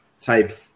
type